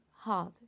hard